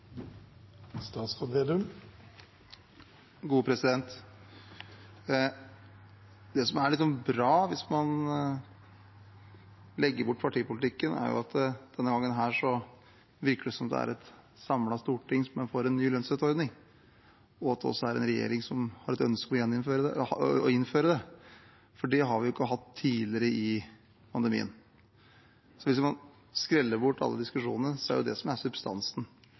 bra, hvis man legger bort partipolitikken, er jo at det denne gangen virker som det er et samlet storting som er for en ny lønnsstøtteordning, og at det også er en regjering som har et ønske om å innføre det. Det har vi jo ikke hatt tidligere i pandemien. Hvis man skreller bort alle diskusjonene, er det det som er substansen.